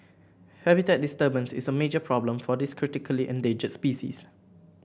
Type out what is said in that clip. habitat disturbance is a major problem for this critically endangered species